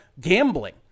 gambling